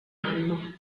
anno